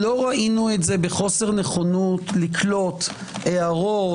לא ראינו את זה בחוסר נכונות לקלוט הערות,